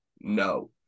No